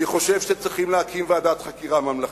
אני חושב שצריך להקים ועדת חקירה ממלכתית.